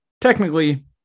technically